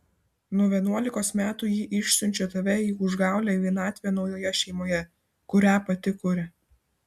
nuo vienuolikos metų ji išsiunčia tave į užgaulią vienatvę naujoje šeimoje kurią pati kuria